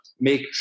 make